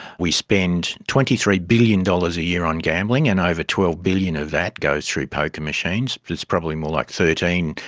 we spend twenty three billion dollars a year on gambling and over twelve billion dollars of that goes through poker machines, but it's probably more like thirteen.